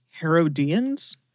Herodians